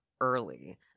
early